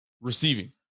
Receiving